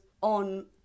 on